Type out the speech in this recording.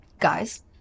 guys